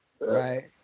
Right